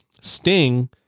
Sting